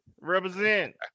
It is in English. Represent